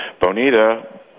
Bonita